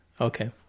Okay